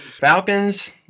Falcons